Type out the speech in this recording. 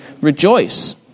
rejoice